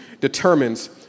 determines